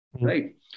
Right